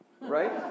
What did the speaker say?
right